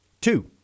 Two